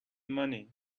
money